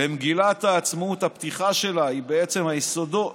מגילת העצמאות, הפתיחה שלה היא בעצם היסודות.